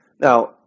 Now